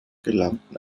gelangten